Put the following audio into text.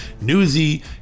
newsy